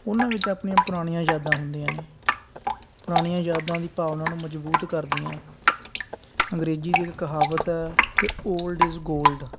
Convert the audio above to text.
ਉਹਨਾਂ ਵਿੱਚ ਆਪਣੀਆਂ ਪੁਰਾਣੀਆਂ ਯਾਦਾਂ ਹੁੰਦੀਆਂ ਨੇ ਪੁਰਾਣੀਆਂ ਯਾਦਾਂ ਦੀ ਭਾਵਨਾ ਨੂੰ ਮਜ਼ਬੂਤ ਕਰਦੀਆਂ ਅੰਗਰੇਜ਼ੀ ਦੀ ਇੱਕ ਕਹਾਵਤ ਹੈ ਕਿ ਓਲਡ ਇਜ ਗੋਲਡ